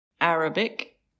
Arabic